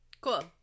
cool